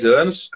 anos